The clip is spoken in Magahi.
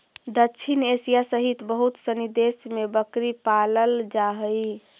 दक्षिण एशिया सहित बहुत सनी देश में बकरी पालल जा हइ